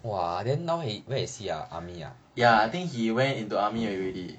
ya I think he went into army already